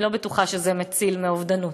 אני לא בטוחה שזה מציל מאובדנות.